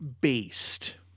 based